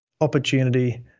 opportunity